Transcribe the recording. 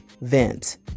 vent